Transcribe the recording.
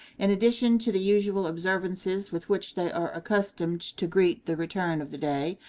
in addition to the usual observances with which they are accustomed to greet the return of the day,